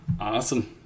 awesome